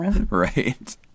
Right